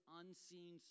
unseen